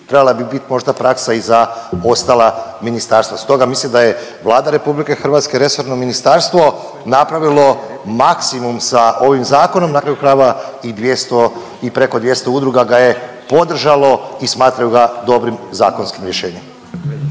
trebala bi bit možda praksa i za ostala ministarstva. Stoga mislim da je Vlada RH, resorno ministarstvo napravilo maksimum sa ovim zakonom. Na kraju krajeva i 200 i preko 200 udruga ga je podržalo i smatraju ga dobrim zakonskim rješenjem.